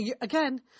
again